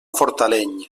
fortaleny